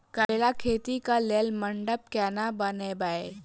करेला खेती कऽ लेल मंडप केना बनैबे?